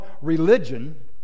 religion